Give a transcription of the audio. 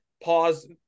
pause